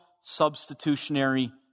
substitutionary